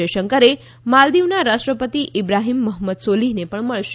જયશંકરે માલદિવના રાષ્ટ્રમપતિ ઇબ્રાહીમ મહમ્મદ સોલિહને પણ મળશે